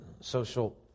social